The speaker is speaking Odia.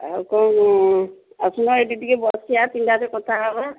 ଆଉ କ'ଣ ଆସୁନ ଏଠି ଟିକେ ବସିବା ତିନିଟା'ରେ କଥା ହେବା